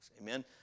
Amen